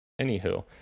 Anywho